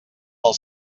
del